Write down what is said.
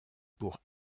pour